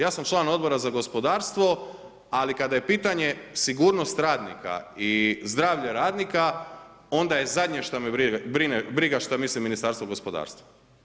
Ja sam član Odbora za gospodarstvo, ali kada je pitanje sigurnost radnika i zdravlje radnika, onda je zadnje što me briga što misli Ministarstvo gospodarstva.